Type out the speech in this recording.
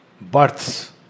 births